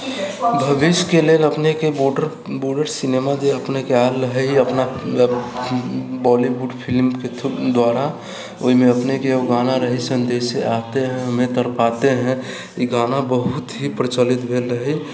भविष्यके लेल अपनेके बॉर्डर बॉर्डर सिनेमा जे अपनेके आएल रहै अपने मतलब बॉलीवुड फिलिमके थ्रो द्वारा ओहिमे अपनेके गाना रहै सन्देशे आते हैं हमें तड़पाते हैं ई गाना बहुत ही प्रचलित भेल रहै